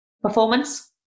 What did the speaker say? performance